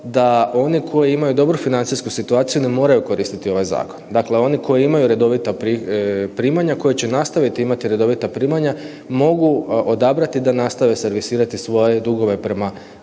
da oni koji imaju dobru financijsku situaciju ne moraju koristiti ovaj zakon. Dakle, oni koji imaju redovita primanja, koji će nastaviti imati redovita primanja, mogu odabrati da nastave servisirati svoje dugove prema